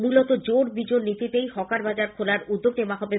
মূলত জোড় বিজোড় নীতিতেই হকার বাজার খোলার উদ্যোগ নেওয়া হবে